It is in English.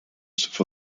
for